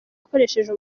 akoresheje